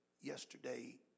yesterday